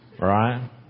right